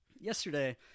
Yesterday